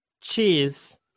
cheese